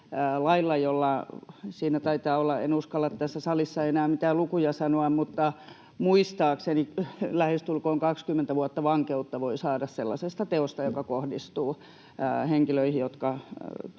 En uskalla tässä salissa enää mitään lukuja sanoa, mutta muistaakseni lähestulkoon 20 vuotta vankeutta voi saada sellaisesta teosta, joka kohdistuu henkilöihin, jotka ovat